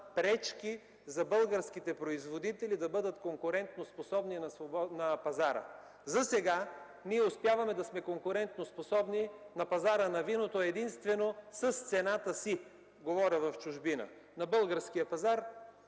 пречки на българските производители да бъдат конкурентоспособни на пазара. Засега ние успяваме да сме конкурентоспособни на пазара на виното единствено с цената си, говоря за чужбина. На българския пазар